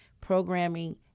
programming